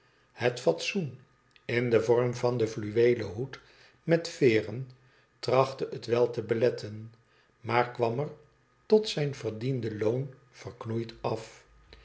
het fatsoen in den vorm van den fluweelen hoed met veeren trachtte het wel te beletten maar kwam er tot zijn verdiende loon verknoeid af